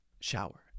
shower